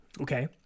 okay